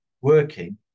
working